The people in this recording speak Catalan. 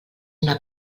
una